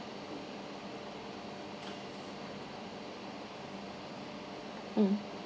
mm